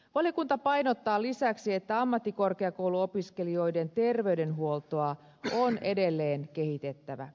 valiokunta painottaa lisäksi että ammattikorkeakouluopiskelijoiden terveydenhuoltoa on edelleen kehitettävä